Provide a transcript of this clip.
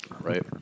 Right